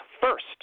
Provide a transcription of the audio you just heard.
first